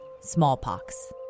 smallpox